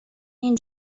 این